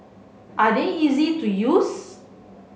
are they easy to use